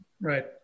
Right